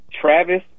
Travis